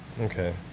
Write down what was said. Okay